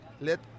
let